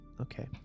Okay